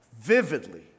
vividly